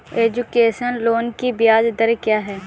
Education loan की ब्याज दर क्या है?